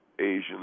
Asian